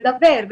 לדבר,